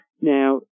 Now